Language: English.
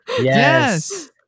Yes